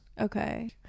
okay